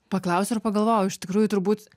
paklausiau ir pagalvojau iš tikrųjų turbūt